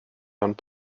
ond